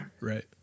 Right